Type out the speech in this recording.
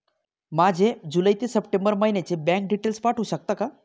माझे जुलै ते सप्टेंबर महिन्याचे बँक डिटेल्स पाठवू शकता का?